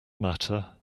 matter